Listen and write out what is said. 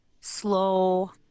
slow